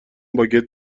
باگت